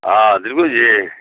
हँ दिलखुश जी